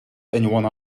anyone